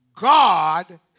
God